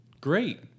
Great